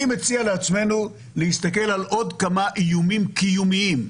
אני מציע לעצמנו להסתכל על עוד כמה איומים קיומיים,